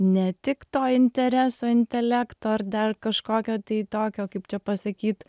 ne tik to intereso intelekto ar dar kažkokio tai tokio kaip čia pasakyt